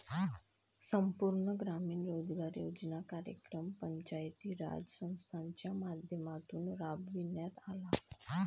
संपूर्ण ग्रामीण रोजगार योजना कार्यक्रम पंचायती राज संस्थांच्या माध्यमातून राबविण्यात आला